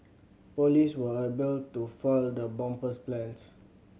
police were able to foil the bomber's plans